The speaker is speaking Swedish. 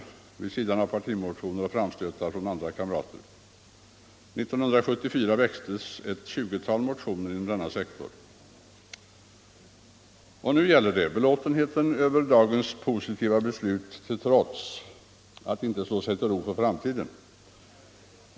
Därutöver har vi haft partimotioner och framstötar från andra kamrater i dessa frågor. 1974 väcktes ett tjugotal motioner inom denna sektor från folkpartihåll. Nu gäller det — belåtenheten över dagens positiva beslut till trots — att inte slå sig till ro för framtiden.